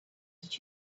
did